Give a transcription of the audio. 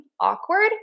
awkward